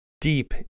deep